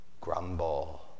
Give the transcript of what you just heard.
grumble